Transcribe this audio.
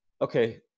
Okay